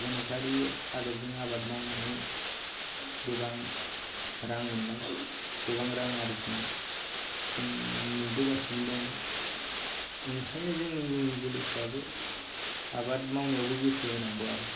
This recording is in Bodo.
गोनोखोयारि आदबजों आबाद मावनानै गोबां रां मोन्नाय गोबां रां आरजिनाय जों नुबोगासिनो दं ओंखायनो जोंनि उन जोलैफ्राबो आबाद मावनायावबो गोसो होनांगौ आरो